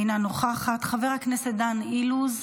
אינה נוכחת, חבר הכנסת דן אילוז,